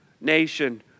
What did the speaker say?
nation